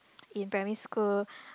in primary school